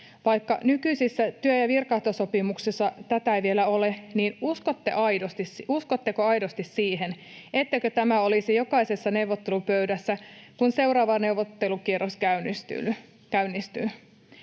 Vaikka nykyisissä työ- ja virkaehtosopimuksessa tätä ei vielä ole, niin uskotteko aidosti siihen, etteikö tämä olisi jokaisessa neuvottelupöydässä, kun seuraava neuvottelukierros käynnistyy?